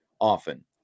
often